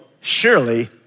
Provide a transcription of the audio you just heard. surely